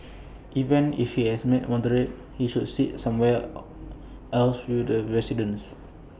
even if he is A moderator he should sit somewhere or else with the residents